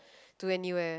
to anywhere